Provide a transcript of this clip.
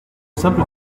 simple